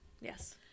Yes